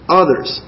others